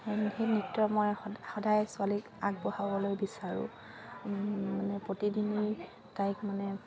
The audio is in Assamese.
সেই নৃত্য মই সদায় ছোৱালীক আগবঢ়াবলৈ বিচাৰোঁ মানে প্ৰতিদিনেই তাইক মানে